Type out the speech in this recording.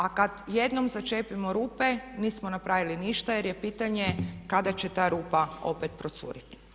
A kad jednom začepimo rupe nismo napravili ništa jer je pitanje kada će ta rupa opet procuriti.